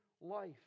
life